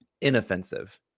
inoffensive